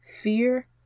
fear